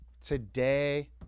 Today